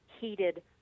heated